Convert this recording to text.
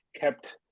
kept